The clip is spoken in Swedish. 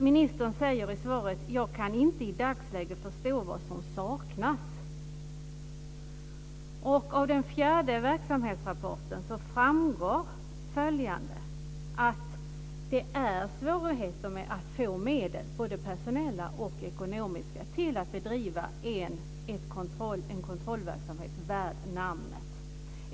Ministern säger: "Jag kan inte i dagsläget förstå vad som saknas." Av den fjärde verksamhetsrapporten framgår att det är svårigheter med att få medel, både personella och ekonomiska, till att bedriva en kontrollverksamhet värd namnet.